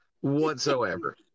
whatsoever